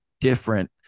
different